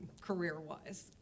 career-wise